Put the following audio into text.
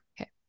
Okay